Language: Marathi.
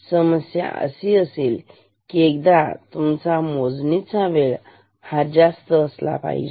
समस्या अशी असेल की तुमचा मोजणीचा वेळ हा जास्त असला पाहिजे